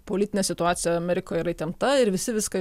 politinė situacija amerikoj yra įtempta ir visi viską